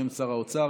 בשם שר האוצר.